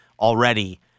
already